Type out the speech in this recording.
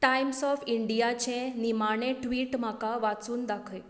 Times of इंडियाचें निमाणें tweet म्हाका वाचून दाखय